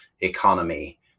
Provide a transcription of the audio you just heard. economy